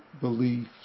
beliefs